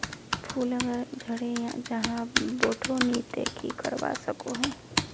फूल अगर झरे जहा बोठो नी ते की करवा सकोहो ही?